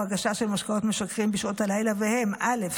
הגשה של משקאות משכרים בשעות הלילה והם: א.